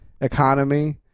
economy